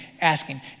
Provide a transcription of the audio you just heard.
asking